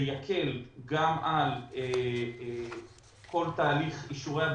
זה יקל גם על כל תהליך אישורי הבדיקות,